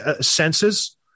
senses